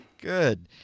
Good